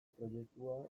proiektua